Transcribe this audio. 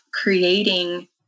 creating